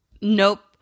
Nope